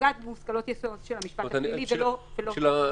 זה גם לא מפוקח בשום צורה וזה לא מוגדר בשום מקום.